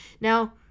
now